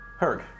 Herg